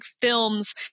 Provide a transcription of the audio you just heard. films